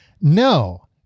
No